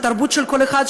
את התרבות של כל אחד,